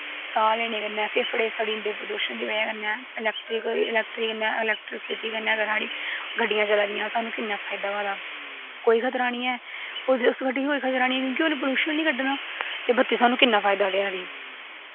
साह् लैने कन्नै फेफड़े सड़ी जंदे प्रदूशन दी बजह् कन्नै इलैक्टरिसिटी कन्नै अगर साढ़ी गड्डियां चलादियां सानूं किन्ना फैदा होआ दा कोई खतरा निं ऐ ते उस गड्डी गी कोई खतरा निं क्योंकि उन्न कोई प्लयूशन निं कड्डना ते बत्ती सानूं किन्ना फैदा देआ दी